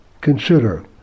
Consider